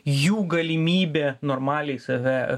jų galimybė normaliai save